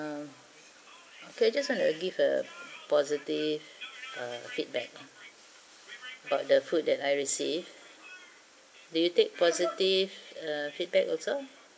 ah okay just want ah give a positive ah feedback about the food that I received do you take positive feedback also